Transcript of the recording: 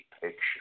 picture